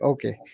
Okay